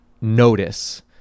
notice